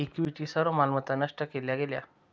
equity सर्व मालमत्ता नष्ट केल्या गेल्या